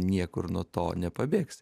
niekur nuo to nepabėgsi